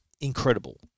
incredible